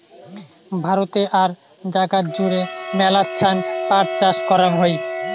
ভারতে আর জাগাত জুড়ে মেলাছান পাট চাষ করাং হই